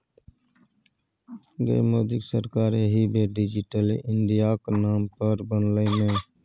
गै मोदीक सरकार एहि बेर डिजिटले इंडियाक नाम पर बनलै ने